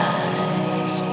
eyes